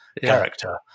character